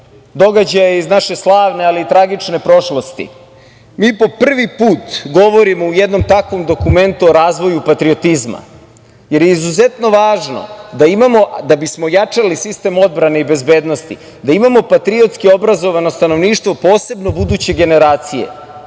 događaja iz naše slavne, ali i tragične prošlosti. Mi po prvi put govorimo u jednom takvom dokumentu o razvoju patriotizma, jer je izuzetno važno da bismo jačali sistem odbrane i bezbednosti da imamo patriotski obrazovano stanovništvo, posebno buduće generacije